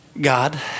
God